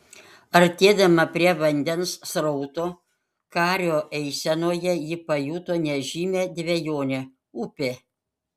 artėdama prie vandens srauto kario eisenoje ji pajuto nežymią dvejonę upė